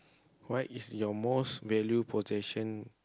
what is your most value possession